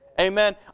Amen